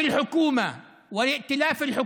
(אומר בערבית: